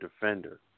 defender